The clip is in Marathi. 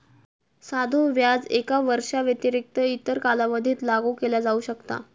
साधो व्याज एका वर्षाव्यतिरिक्त इतर कालावधीत लागू केला जाऊ शकता